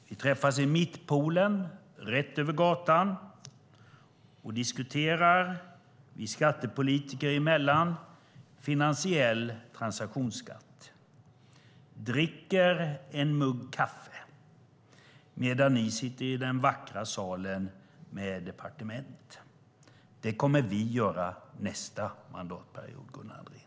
Vi träffas i Mittpoolen rätt över gatan och diskuterar, oss skattepolitiker emellan, finansiell transaktionsskatt, dricker en mugg kaffe, medan ni sitter i den vackra salen med departement. Det kommer vi att göra nästa mandatperiod, Gunnar Andrén.